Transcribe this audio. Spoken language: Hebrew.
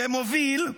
ומוביל,